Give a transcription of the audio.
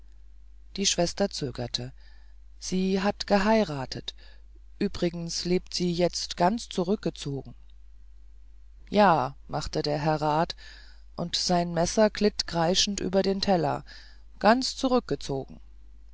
die schwester zögerte sie hat geheiratet übrigens lebt sie jetzt ganz zurückgezogen ja machte der herr rat und sein messer glitt kreischend über den teller ganz zurückgezogen